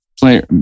player